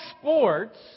sports